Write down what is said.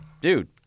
dude